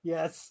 Yes